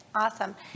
awesome